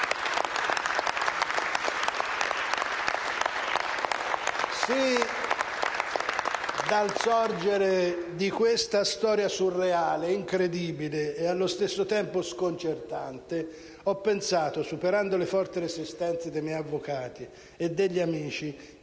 Sin dal sorgere di questa storia surreale incredibile e, allo stesso tempo, sconcertante, ho pensato, superando le forti resistenze dei miei avvocati e degli amici,